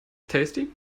tasty